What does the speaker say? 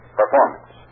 performance